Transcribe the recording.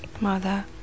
Mother